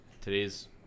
today's